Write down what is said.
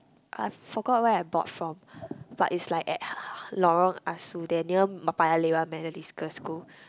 I forgot where I bought from but it's like at Lorong Ah-Soo there near Paya-Lebar Methodist girls' school